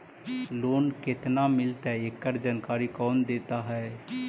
Loan केत्ना मिलतई एकड़ जानकारी कौन देता है?